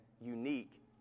unique